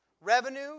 Revenue